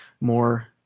more